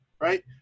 right